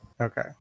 Okay